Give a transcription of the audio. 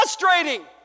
frustrating